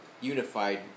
unified